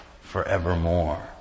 forevermore